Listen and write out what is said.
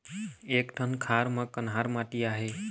एक ठन खार म कन्हार माटी आहे?